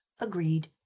agreed